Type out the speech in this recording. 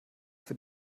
für